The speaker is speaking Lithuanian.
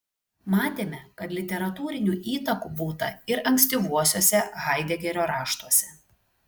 matėme kad literatūrinių įtakų būta ir ankstyvuosiuose haidegerio raštuose